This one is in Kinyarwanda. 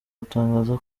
gutangaza